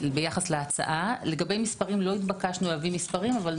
קטן- -- אני מבקש לדעת את המספרים הקטנים, אם